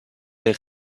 les